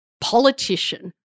politician